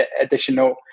additional